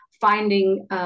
finding